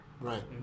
Right